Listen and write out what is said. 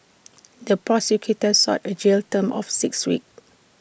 the prosecutor sought A jail term of six weeks